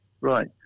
Right